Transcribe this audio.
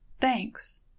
Thanks